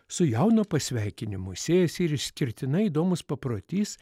su jauno pasveikinimu siejasi ir išskirtinai įdomus paprotys